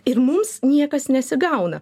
ir mums niekas nesigauna